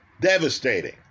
Devastating